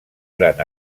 gran